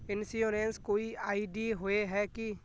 Insurance कोई ID होय है की?